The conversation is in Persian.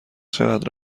چقدر